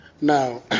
Now